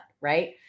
right